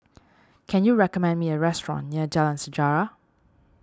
can you recommend me a restaurant near Jalan Sejarah